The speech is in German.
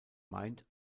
meint